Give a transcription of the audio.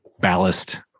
ballast